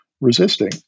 resisting